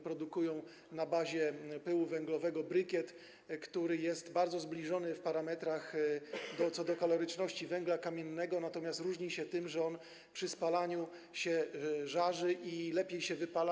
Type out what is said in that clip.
Produkują na bazie pyłu węglowego brykiet, który jest bardzo zbliżony w parametrach do kaloryczności węgla kamiennego, natomiast różni się tym, że przy spalaniu się żarzy i lepiej się wypala.